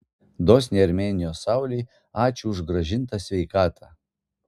dosniai armėnijos saulei ačiū už grąžintą sveikatą